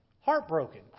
Heartbroken